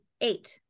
eight